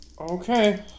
Okay